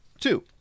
two